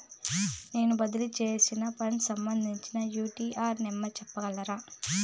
నేను బదిలీ సేసిన ఫండ్స్ సంబంధించిన యూ.టీ.ఆర్ నెంబర్ సెప్పగలరా